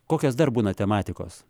kokios dar būna tematikos